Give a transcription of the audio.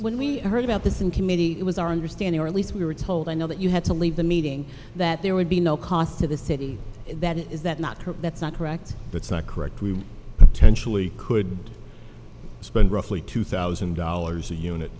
when we heard about this in committee it was our understanding or at least we were told i know that you had to leave the meeting that there would be no cost to the city that it is that not correct that's not correct that's not correct we potentially could spend roughly two thousand dollars a unit